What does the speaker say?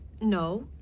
No